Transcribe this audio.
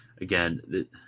Again